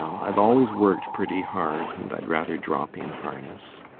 i've always worked pretty hard and i'd rather drop in harness.